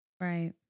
Right